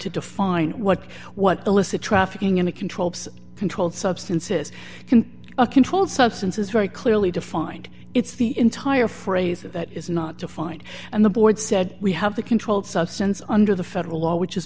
to define what what illicit trafficking in a controlled controlled substances can a controlled substance is very clearly defined it's the entire phrase that is not defined and the board said we have the controlled substance under the federal law which is